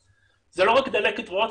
זה לא רק דלקת ריאות,